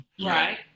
Right